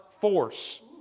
force